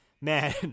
man